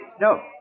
No